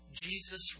Jesus